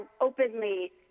openly